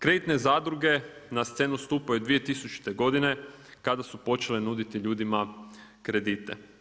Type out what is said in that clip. Kreditne zadruge na scenu stupaju 2000. godine kada su počele nuditi ljudima kredite.